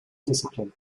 discipline